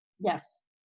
Yes